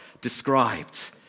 described